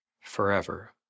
forever